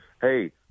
Hey